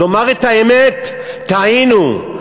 לומר את האמת: טעינו.